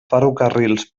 ferrocarrils